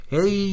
Hey